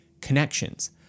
Connections